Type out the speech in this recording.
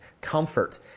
comfort